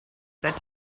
that